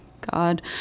God